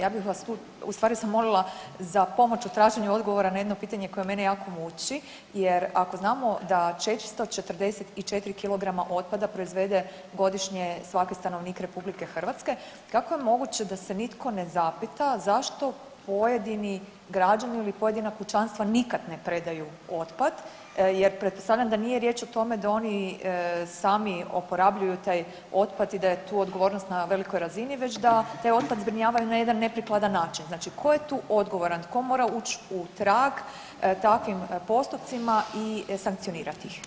Ja bih vas tu u stvari zamolila za pomoć u traženje odgovora na jedno pitanje koje mene jako muči jer ako znamo da 444 kilograma otpada proizvede godišnje svaki stanovnik RH kako je moguće da se nitko ne zapita zašto pojedini građani ili pojedina kućanstva nikad ne predaju otpad jer pretpostavljam da nije riječ o tome da oni sami oporabljuju taj otpad i da je tu odgovornost na velikoj razini već da taj otpad zbrinjavaju na jedan neprikladan način, znači ko je tu odgovoran, tko mora uć u trag takvim postupcima i sankcionirati ih?